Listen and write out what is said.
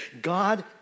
God